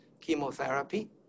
chemotherapy